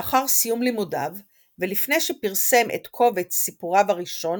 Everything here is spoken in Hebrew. לאחר סיום לימודיו ולפני שפרסם את קובץ סיפוריו הראשון,